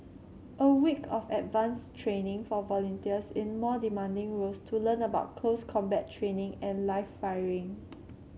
a week of advanced training for volunteers in more demanding roles to learn about close combat training and live firing